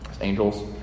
angels